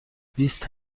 بیست